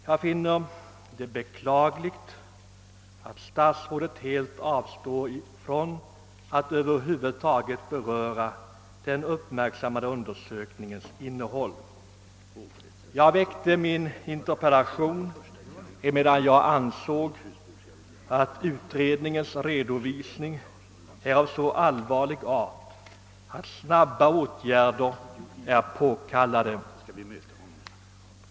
Jag finner det beklagligt att statsrådet helt avstår från att över huvud taget beröra den uppmärksammade undersökningens innehåll. Jag framställde min interpellation emedan jag an såg att redovisningen är av så allvarlig art att snabba åtgärder är påkallade.